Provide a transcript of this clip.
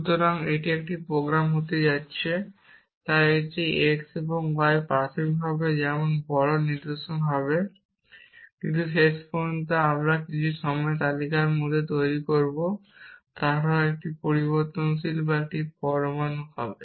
সুতরাং এটি একটি প্রোগ্রাম হতে যাচ্ছে তাই এই x এবং y প্রাথমিকভাবে যেমন বড় নিদর্শন হবে কিন্তু শেষ পর্যন্ত যখন আমরা কিছু সময়ে তালিকার মধ্যে তৈরি করব তারা হয় একটি পরিবর্তনশীল বা একটি পরমাণু হবে